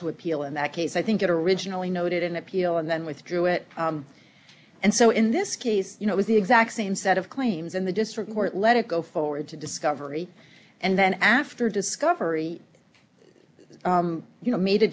to appeal in that case i think it originally noted an appeal and then withdrew it and so in this case you know was the exact same set of claims in the district court let it go forward to discovery and then after discovery you know made a